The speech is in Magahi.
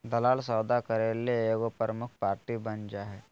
दलाल सौदा करे ले एगो प्रमुख पार्टी बन जा हइ